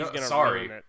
Sorry